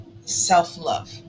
self-love